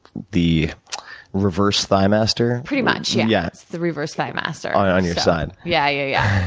the reverse thigh master? pretty much, yeah. yeah? it's the reverse thigh master. on your side? yeah, yeah,